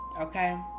Okay